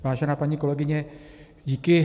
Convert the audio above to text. Vážená paní kolegyně, díky.